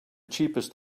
cheapest